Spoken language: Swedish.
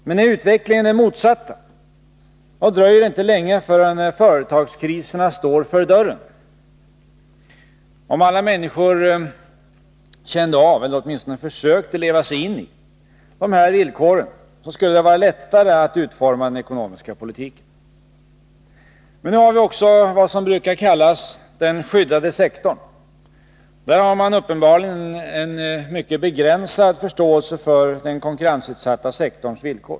Men är utvecklingen den motsatta dröjer det inte länge förrän företagskriserna står för dörren. Om alla människor kände av — eller åtminstone försökte leva sig in i — de här villkoren skulle det vara lättare att utforma den ekonomiska politiken. Men nu har vi också vad som brukar kallas den skyddade sektorn. Där har man uppenbarligen en mycket begränsad förståelse för den konkurrensutsatta sektorns villkor.